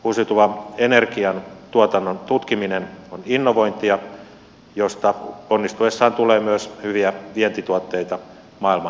uusiutuvan energian tuotannon tutkiminen on innovointia josta onnistuessaan tulee myös hyviä vientituotteita maailman energiamarkkinoille